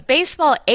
Baseball